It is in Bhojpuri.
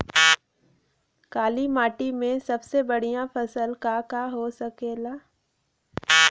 काली माटी में सबसे बढ़िया फसल का का हो सकेला?